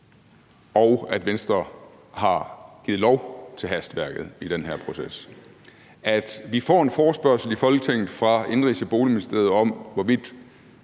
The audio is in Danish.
her proces og har givet lov til hastværket i den her proces. Vi får i Folketinget en forespørgsel fra Indenrigs- og Boligministeriet om, hvorvidt